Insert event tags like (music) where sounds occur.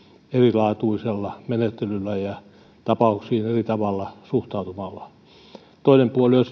erilaatuisella menettelyllä ja tapauksiin eri tavalla suhtautumalla toinen puoli on (unintelligible)